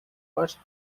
first